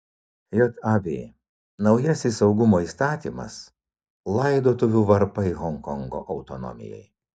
jav naujasis saugumo įstatymas laidotuvių varpai honkongo autonomijai